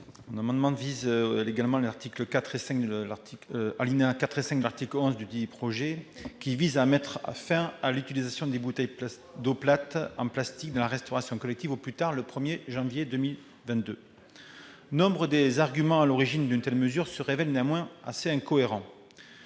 Cet amendement vise également à supprimer les alinéas 4 et 5 de l'article 11 du projet de loi, qui prévoit de mettre fin à l'utilisation des bouteilles d'eau plate en plastique dans la restauration collective au plus tard le 1 janvier 2022. Nombre des arguments à l'origine d'une telle mesure se révèlent assez incohérents.